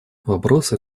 вопросы